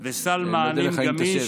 אני אודה לך אם תשב.